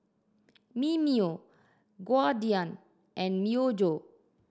Mimeo and Myojo